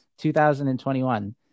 2021